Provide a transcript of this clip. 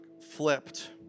flipped